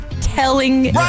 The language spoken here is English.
telling